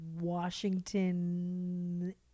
Washington